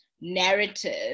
narrative